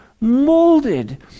molded